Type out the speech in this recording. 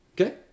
Okay